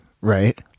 Right